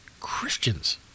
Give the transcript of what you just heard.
Christians